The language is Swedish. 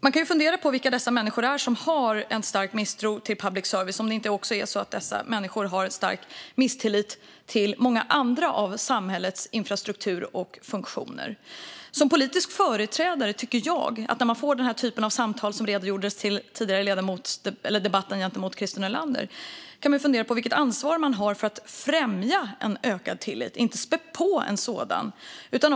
Man kan fundera på vilka dessa människor är som har en stark misstro till public service och om det inte också är så att dessa människor har en stark misstro till många andra delar av samhällets infrastruktur och funktioner. När man som politisk företrädare får den typen av samtal som redogjordes för tidigare i debatten med Christer Nylander kan man fundera på vilket ansvar man har att främja en ökad tillit och inte spä på en sådan misstro.